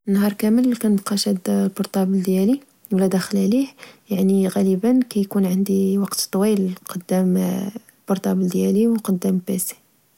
نهار كامل كنبقى شادا فالبورتابل ديالي، أو داخلا ليه. يعني غالباً كيكون عندي وقت طويل قدام البورتابل ديالي ، وقدام Pc